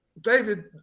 david